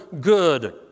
good